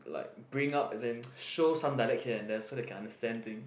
like bring up as in show some dialect here and there so they can understand thing